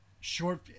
short